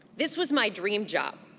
this was my dream job.